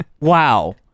Wow